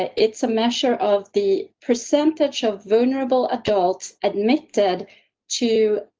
it's a measure of the percentage of vulnerable adults admitted to.